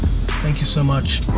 thank you so much.